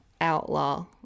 outlaw